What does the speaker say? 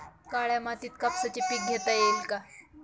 काळ्या मातीत कापसाचे पीक घेता येईल का?